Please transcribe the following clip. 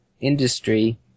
industry